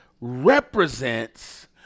represents